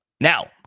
Now